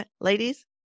ladies